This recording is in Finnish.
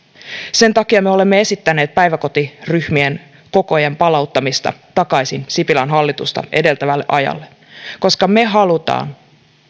sen takia me olemme esittäneet päiväkotiryhmien kokojen palauttamista takaisin sipilän hallitusta edeltävälle ajalle koska me haluamme